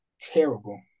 terrible